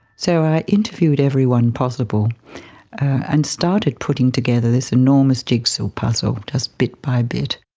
so i interviewed everyone possible and started putting together this enormous jigsaw puzzle just bit by bit.